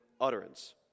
utterance